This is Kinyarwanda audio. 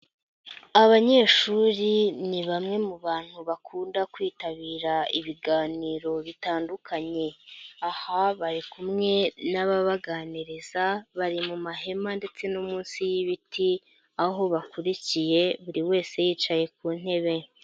Abanyeshuri ni bamwe mu bantu bakunda kwitabira ibiganiro bitandukanye, aha bari kumwe n'ababaganiriza bari mu mahema ndetse no munsi y'ibiti aho bakurikiye buri wese yicaye ku ntebe.